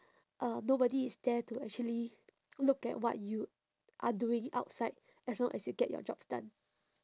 uh nobody is there to actually look at what you are doing outside as long as you get your jobs done